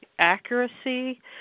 accuracy